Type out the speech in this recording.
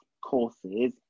courses